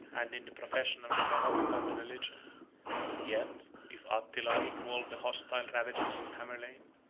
and in the profession of the mahometan religion yet, if attila equalled the hostile ravages of tamerlane,